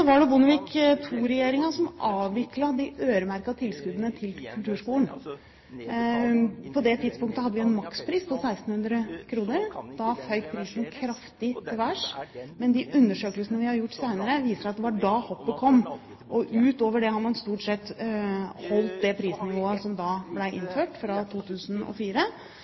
Bondevik II-regjeringen som avviklet de øremerkede tilskuddene til kulturskolen. På det tidspunktet hadde vi en makspris på 1 600 kr. Da føyk prisen kraftig til værs. De undersøkelsene vi har gjort senere, viser at det var da hoppet kom. Utover det har man stort sett holdt det prisnivået som ble innført fra 2004.